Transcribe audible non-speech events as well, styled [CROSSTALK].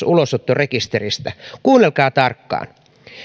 [UNINTELLIGIBLE] ulosottorekisteristä kuunnelkaa tarkkaan